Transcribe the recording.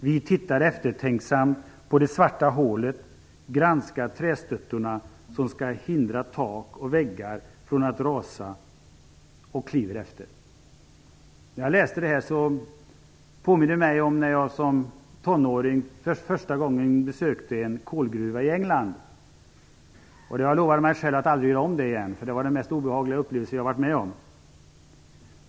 Vi tittar eftertänksamt på det svarta hålet, granskar trästöttorna som ska hindra tak och väggar från att rasa och kliver efter." När jag läste detta påmindes jag om när jag som tonåring för första gången besökte en kolgruva i England. Jag lovade mig själv att aldrig göra om det, därför att det var den mest obehagliga upplevelse som jag någonsin varit med om.